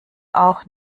auch